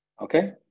Okay